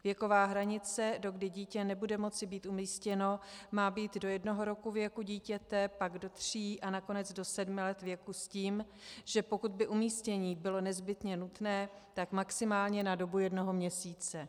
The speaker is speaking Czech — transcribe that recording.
Věková hranice, dokdy dítě nebude moci být umístěno, má být do jednoho roku věku dítěte, pak do tří a nakonec do sedmi let věku s tím, že pokud by umístění bylo nezbytně nutné, tak maximálně na dobu jednoho měsíce.